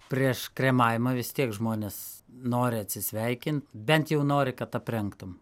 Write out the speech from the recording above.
prieš kremavimą vis tiek žmonės nori atsisveikint bent jau nori kad aprengtum